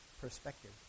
perspective